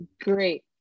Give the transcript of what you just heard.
great